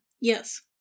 yes